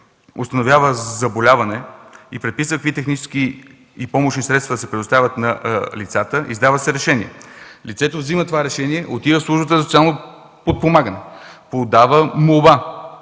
установява заболяване и преписва какви технически и помощни средства да се предоставят на лицата, се издава решение. Лицето взема това решение, отива в службата за социално подпомагане, подава молба